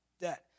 debt